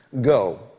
go